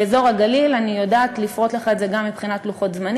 באזור הגליל אני יודעת לפרוט לך את זה גם מבחינת לוחות-זמנים,